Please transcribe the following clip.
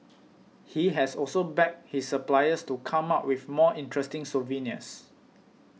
he has also begged his suppliers to come up with more interesting souvenirs